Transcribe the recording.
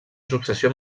successió